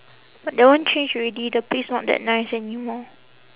but that one change already the place not that nice anymore